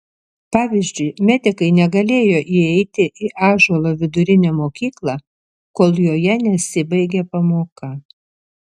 pavyzdžiui medikai negalėjo įeiti į ąžuolo vidurinę mokyklą kol joje nesibaigė pamoka